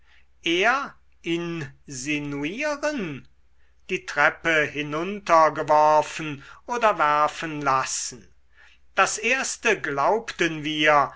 er insinuieren die treppe hinunter geworfen oder werfen lassen das erste glaubten wir